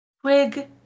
Twig